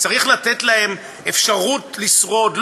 צריך לתת להם אפשרות לשרוד.